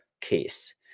case